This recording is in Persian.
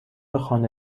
خانه